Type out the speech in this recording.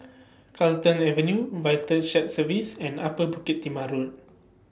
Carlton Avenue Vital Shared Services and Upper Bukit Timah Road